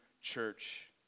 church